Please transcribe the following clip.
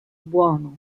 buono